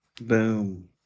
Boom